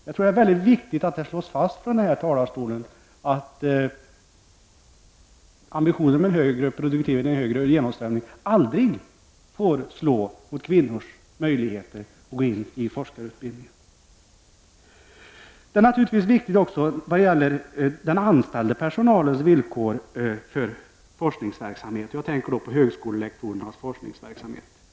Jag tror att det är viktigt att från talarstolen slå fast att ambitionen att få till stånd en högre genomströmning aldrig får slå mot kvinnors möjligheter att gå in i forskarutbildning. När det gäller forskningsverksamhet är naturligtvis också den anställda personalens villkor viktiga. Jag tänker då på högskolelektorernas forskningsverksamhet.